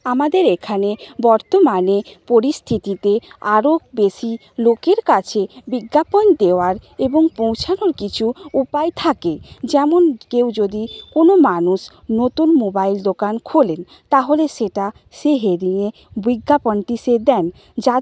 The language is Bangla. আমাদের এখানে বর্তমানে পরিস্থিতিতে আরো বেশি লোকের কাছে বিজ্ঞাপন দেওয়ার এবং পৌঁছানোর কিছু উপায় থাকে যেমন কেউ যদি কোনও মানুষ নতুন মোবাইল দোকান খোলেন তাহলে সেটা সে হেডিংয়ে বিজ্ঞাপনটি সে দেন যাতে